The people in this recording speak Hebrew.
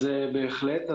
אז בהחלט.